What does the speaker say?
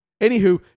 Anywho